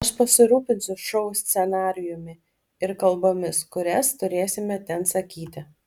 aš pasirūpinsiu šou scenarijumi ir kalbomis kurias turėsime ten sakyti